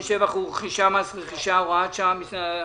(שבח ורכישה) (מס רכישה) (הוראת שעה מס'),